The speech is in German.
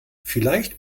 vielleicht